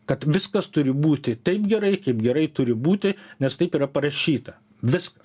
kad viskas turi būti taip gerai kaip gerai turi būti nes taip yra parašyta viskas